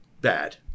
bad